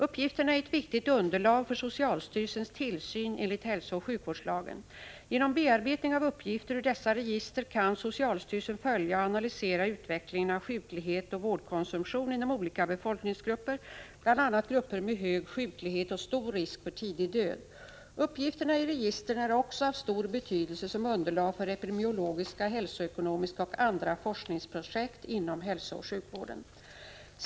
Uppgifterna är ett viktigt underlag för socialstyrelsens tillsyn enligt hälsooch sjukvårdslagen . Genom bearbetning av uppgifter ur dessa register kan socialstyrelsen följa och analysera utvecklingen av sjuklighet och vårdkonsumtion inom olika befolkningsgrupper, bl.a. grupper med hög sjuklighet och stor risk för tidig död. Uppgifterna i registren är också av stor betydelse som underlag för epidemiologiska, hälsoekonomiska och andra forskningsprojekt inom hälsooch sjukvården.